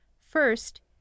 First